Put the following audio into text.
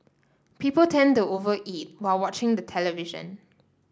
people tend over eat while watching the television